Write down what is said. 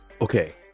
okay